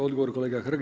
Odgovor kolega Hrg.